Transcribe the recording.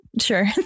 Sure